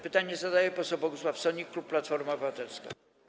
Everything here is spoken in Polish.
Pytanie zadaje poseł Bogusław Sonik, klub Platforma Obywatelska.